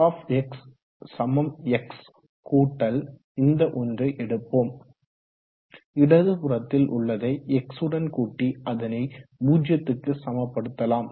g x கூட்டல் இந்த ஒன்றை எடுப்போம் இடதுபுறத்தில் உள்ளதை x உடன் கூட்டி அதனை 0 க்கு சமப்படுத்தலாம்